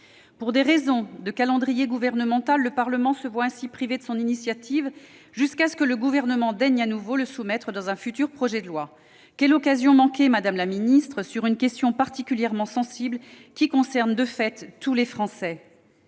Pour des raisons de calendrier gouvernemental, le Parlement se voit ainsi privé de son initiative jusqu'à ce que le Gouvernement daigne de nouveau le soumettre dans un projet de loi. Quelle occasion manquée, madame la secrétaire d'État, de surcroît sur une question particulièrement sensible qui concerne tous les Français !